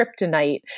kryptonite